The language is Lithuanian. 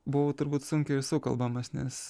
buvau turbūt sunkiai ir sukalbamas nes